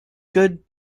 good